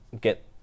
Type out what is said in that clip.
get